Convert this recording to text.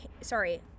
sorry